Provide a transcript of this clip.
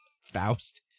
faust